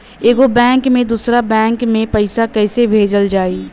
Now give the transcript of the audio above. एगो बैक से दूसरा बैक मे पैसा कइसे भेजल जाई?